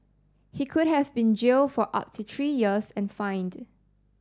he could have been jailed for up to three years and fined